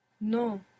No